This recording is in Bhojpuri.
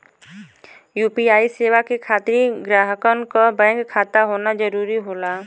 यू.पी.आई सेवा के खातिर ग्राहकन क बैंक खाता होना जरुरी होला